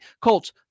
Colts